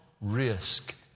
risk